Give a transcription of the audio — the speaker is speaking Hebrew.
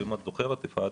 ואם את זוכרת, יפעת,